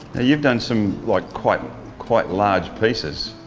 you've done some like quite quite large pieces.